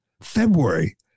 February